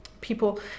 people